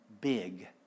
big